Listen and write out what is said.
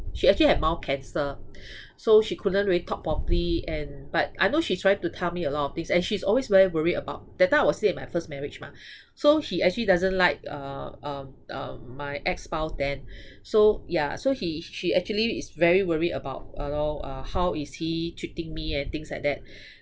she actually have mouth cancer so she couldn't really talk properly and but I know she's trying to tell me a lot of things and she's always very worried about that time I was still at my first marriage mah so she actually doesn't like uh um um my ex spouse then so ya so he she actually is very worried about you know uh how is he treating me and things like that